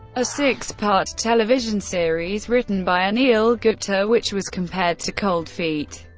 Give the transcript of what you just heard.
a six-part television series written by anil gupta, which was compared to cold feet.